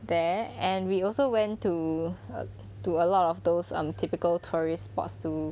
there and we also went to err to a lot of those um typical tourist spots to